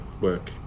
work